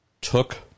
took